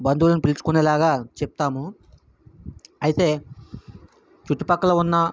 బంధువులను పిలుచుకునేలా చెప్తాము అయితే చుట్టుపక్కల ఉన్న